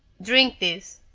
drink this.